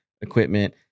equipment